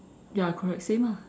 ya correct same ah